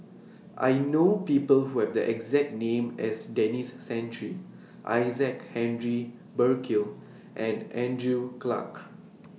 I know People Who Have The exact name as Denis Santry Isaac Henry Burkill and Andrew Clarke